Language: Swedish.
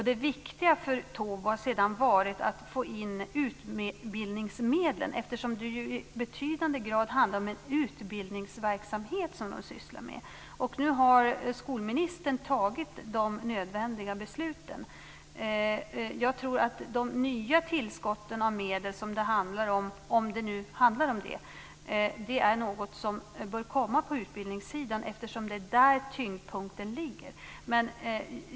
Det viktiga för Tobo har sedan varit att få in utbildningsmedel, eftersom det ju i betydande grad är en utbildningsverksamhet som man sysslar med. Nu har skolministern fattat de nödvändiga besluten. Jag tror att de nya tillskott av medel som det handlar om - om det nu handlar om det - bör komma på utbildningssidan, eftersom det är där tyngdpunkten ligger.